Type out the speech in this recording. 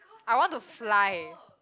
I want to fly